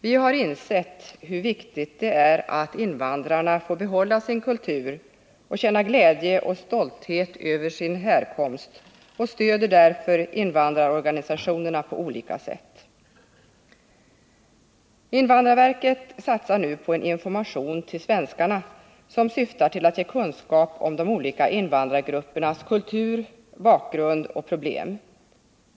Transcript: Vi har insett hur viktigt det är att invandrarna får behålla sin kultur och känna glädje och stolthet över sin härkomst och stöder därför invandrarorganisationerna på olika sätt. Invandrarverket satsar nu på en information till svenskarna som syftar till att ge kunskap om de olika invandrargruppernas kultur, bakgrund och problem.